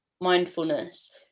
mindfulness